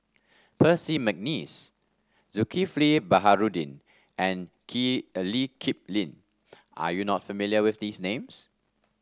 Percy McNeice Zulkifli Baharudin and Kip Lee Kip Lin are you not familiar with these names